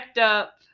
up